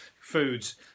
foods